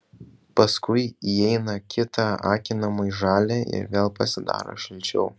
paskui įeina kita akinamai žalia ir vėl pasidaro šilčiau